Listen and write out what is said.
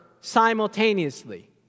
simultaneously